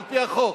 על-פי החוק,